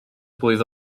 blwydd